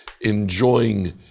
enjoying